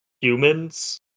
humans